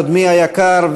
קודמי היקר,